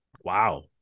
wow